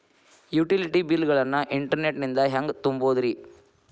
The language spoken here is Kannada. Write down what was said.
ಯುಟಿಲಿಟಿ ಬಿಲ್ ಗಳನ್ನ ಇಂಟರ್ನೆಟ್ ನಿಂದ ಹೆಂಗ್ ತುಂಬೋದುರಿ?